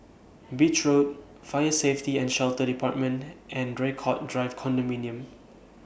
Beach Road Fire Safety and Shelter department and Draycott Drive Condominium